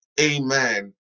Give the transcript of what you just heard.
amen